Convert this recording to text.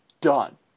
Done